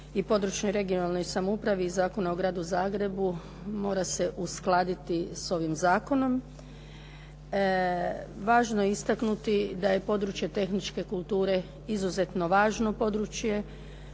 i područnoj regionalnoj samoupravi i Zakona o Gradu Zagrebu mora se uskladiti s ovim zakonom. Važno je istaknuti da je područje tehničke kulture izuzetno važno područje,